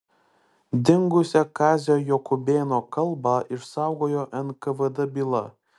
dingusią kazio jakubėno kalbą išsaugojo nkvd byla